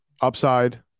upside